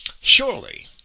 Surely